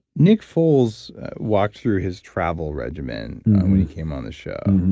nick foles walked through his travel regime and when he came on the show.